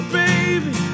baby